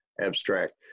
abstract